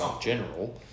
general